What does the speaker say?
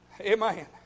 Amen